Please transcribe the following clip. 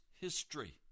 history